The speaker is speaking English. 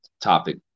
topic